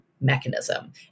mechanism